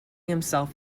himself